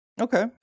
Okay